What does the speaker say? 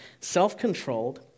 self-controlled